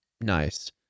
Nice